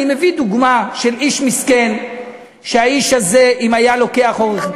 אני מביא דוגמה של איש מסכן שאם היה לוקח עורך-דין,